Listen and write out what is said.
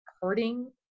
hurting